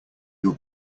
your